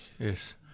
Yes